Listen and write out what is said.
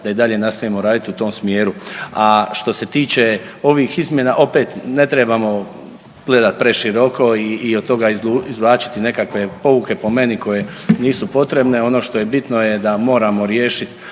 da i dalje nastavimo raditi u tom smjeru. A što se tiče ovih izmjena opet ne trebamo gledati preširoko i od toga izvlačiti nekakve pouke po meni koje nisu potrebne. Ono što je bitno je da moramo riješiti